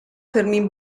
fermín